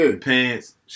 pants